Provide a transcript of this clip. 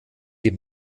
die